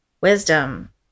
Wisdom